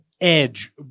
Edge